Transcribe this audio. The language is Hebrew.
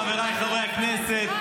חבריי חברי הכנסת,